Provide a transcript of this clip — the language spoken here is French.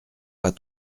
pas